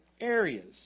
areas